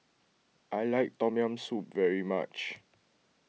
I like Tom Yam Soup very much